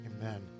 amen